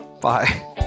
Bye